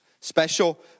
special